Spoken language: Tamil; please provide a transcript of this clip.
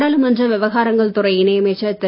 நாடாளுமன்ற விவகாரங்கள் துறை இணை அமைச்சர் திரு